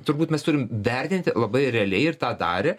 turbūt mes turim vertinti labai realiai ir tą darė